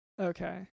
Okay